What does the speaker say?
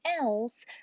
else